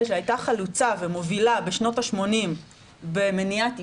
שהייתה חלוצה ומובילה בשנות ה-80 במניעת עישון,